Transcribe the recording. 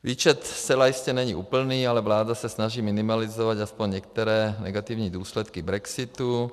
Výčet zcela jistě není úplný, ale vláda se snaží minimalizovat aspoň některé negativní důsledky brexitu.